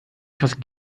etwas